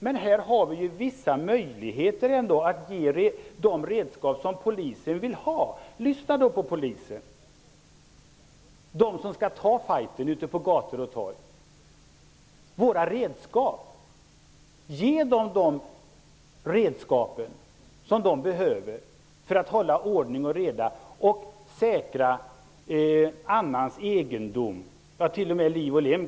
Men här har vi ändå vissa möjligheter att ge Polisen det redskap som den vill ha. Lyssna på Polisen, på dem som skall ta fighten ute på gator och torg! Ge dem det redskap som de behöver för att hålla ordning och reda och säkra annans egendom, kanske t.o.m. liv och lem.